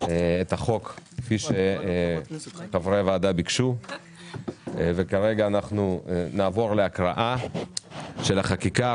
החוק כפי שחברי הוועדה ביקשו וכרגע אנחנו נעבור להקראה של החקיקה.